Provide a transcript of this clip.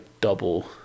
double